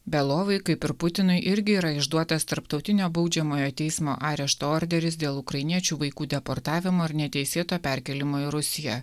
belovui kaip ir putinui irgi yra išduotas tarptautinio baudžiamojo teismo arešto orderis dėl ukrainiečių vaikų deportavimo ir neteisėto perkėlimo į rusiją